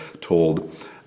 told